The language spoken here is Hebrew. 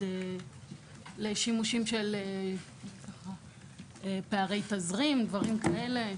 לצורך התמודדות עם פערי תזרים וכדומה.